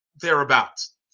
thereabouts